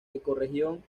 ecorregión